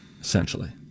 essentially